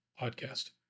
podcast